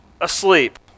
asleep